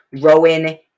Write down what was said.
Rowan